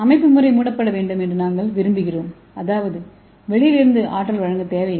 அமைப்புமுறை மூடப்பட வேண்டும் என்று நாங்கள் விரும்புகிறோம் அதாவது வெளியில் இருந்து ஆற்றல் வழங்கல் தேவையில்லை